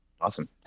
Awesome